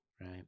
right